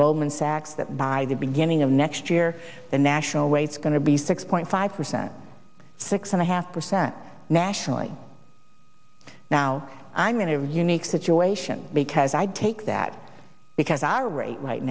goldman sachs that by the beginning of next year the national way it's going to be six point five percent six and a half percent nationally now i'm in a unique situation because i'd take that because our rate right